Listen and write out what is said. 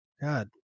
God